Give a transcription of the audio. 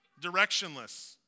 directionless